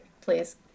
please